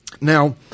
Now